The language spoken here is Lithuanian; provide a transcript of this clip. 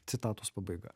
citatos pabaiga